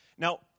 Now